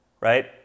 right